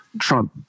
Trump